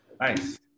Nice